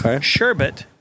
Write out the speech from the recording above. Sherbet